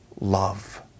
love